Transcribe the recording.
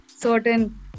Certain